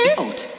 out